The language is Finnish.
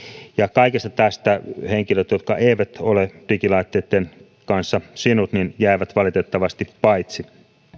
kaikesta tästä henkilöt jotka eivät ole digilaitteitten kanssa sinut jäävät valitettavasti paitsi